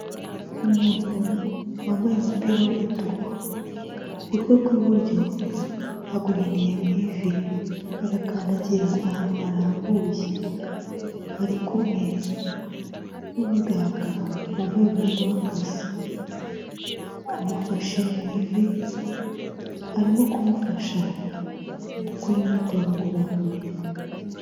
Umuntu wambaye umupira w'umutuku. Ukuguru kwe kw'iburyo aguhiniye mu ivi. Agakandagira ahantu harambuye. Ari kumwe n'umuganga wambaye umwenda w'akazi. Amufashe mu ivi, arimo kumufasha mu gukora imyitozo ngororamubiri.